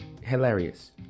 hilarious